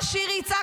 עם ישראל,